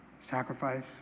sacrifice